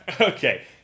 Okay